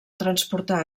transportar